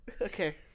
Okay